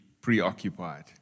preoccupied